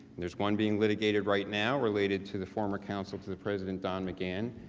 there is one being litigated right now related to the former counsel for the president, don began.